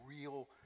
real